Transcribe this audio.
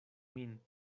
min